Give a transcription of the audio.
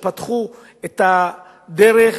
שפתחו את הדרך,